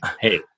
hey